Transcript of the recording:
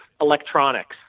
electronics